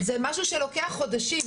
זה משהו שלוקח חודשים.